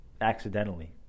accidentally